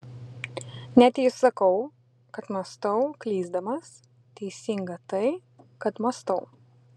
net jei sakau kad mąstau klysdamas teisinga tai kad mąstau